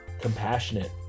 compassionate